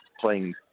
playing